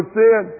sin